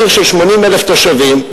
עיר של 80,000 תושבים,